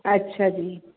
ਅੱਛਾ ਜੀ